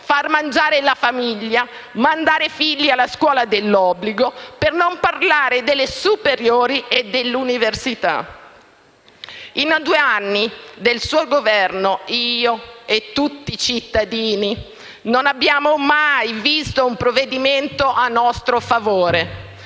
far mangiare la famiglia, mandare i figli alla scuola dell'obbligo; per non parlare delle scuole superiori e dell'università. In due anni del suo Governo, io e tutti i cittadini non abbiamo mai visto un provvedimento a nostro favore.